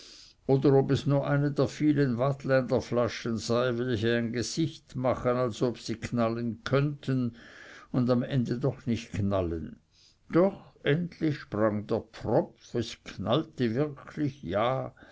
oder ob es nur eine der vielen waadtländer flaschen sei welche ein gesicht machen als ob sie knallen konnten und am ende doch nicht knallen doch endlich sprang der pfropf es knallte wirklich ja